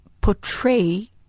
portray